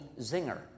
zinger